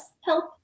help